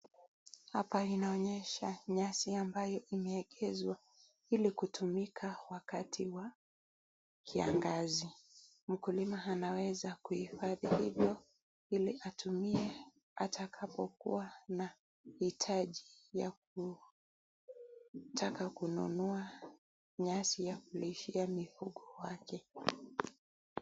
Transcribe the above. Hapa inaonesha nyasi ambayo imewekezwa ilikutumika wakati wa kiangazi. Mkulima anaweza kuhifadhi hivyo iliatumie atakapokua na hitaji ya kutaka kununua nyasi ya kulishia mifugo wake.